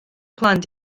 plant